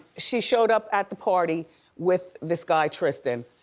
she showed up at the party with this guy, tristan,